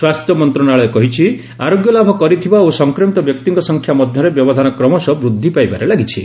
ସ୍ୱାସ୍ଥ୍ୟମନ୍ତ୍ରଣାଳୟ କହିଛି ଆରୋଗ୍ୟଲାଭ କରିଥିବା ଓ ସଂକ୍ରମିତ ବ୍ୟକ୍ତିଙ୍କ ସଂଖ୍ୟାଙ୍କ ମଧ୍ୟରେ ବ୍ୟବଧାନ କ୍ରମଶଃ ବୃଦ୍ଧି ପାଇବାରେ ଲାଗିଛି